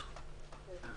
הצבעה אושר.